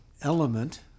element